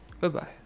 Bye-bye